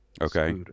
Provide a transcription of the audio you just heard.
Okay